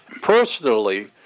personally